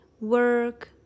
work